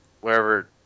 wherever